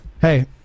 Hey